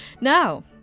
Now